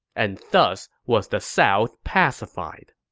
and thus was the south pacified